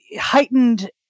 heightened